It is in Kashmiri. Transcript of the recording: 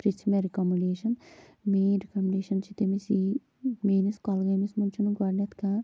پرژھہِ مےٚ رِکَمیٚنڈیشَن میٲنۍ رِکَمیٚنڈیشَن چھِ تٔمس یی میٲنِس کۄلگٲمِس منٛز چھُنہٕ گۄڈٕنٮ۪تھ کانٛہہ